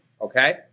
okay